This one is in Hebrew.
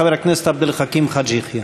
חבר הכנסת עבד אל חכים חאג' יחיא.